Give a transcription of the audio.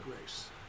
race